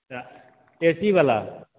अच्छा एसी बला